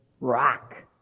Rock